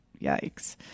Yikes